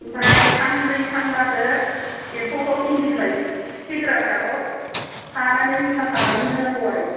ओमफ्राय सानब्रै सानबासो एम्फौखौ इन्दि बिलाइ इसे गोरा गोराखौ खानानै मुथा खानानै होनांगौ आरो